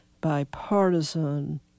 bipartisan